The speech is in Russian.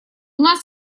нас